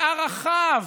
בערכיו,